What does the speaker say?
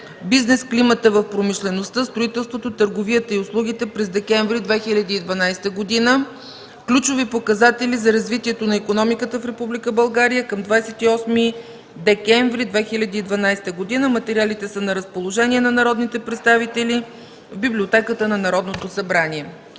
Бизнес климата в промишлеността, строителството, търговията и услугите през декември 2012 г.; Ключови показатели за развитието на икономиката в Република България към 28 декември 2012 г. Материалите са на разположение на народните представители в Библиотеката на Народното събрание.